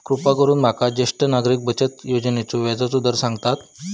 कृपा करून माका ज्येष्ठ नागरिक बचत योजनेचो व्याजचो दर सांगताल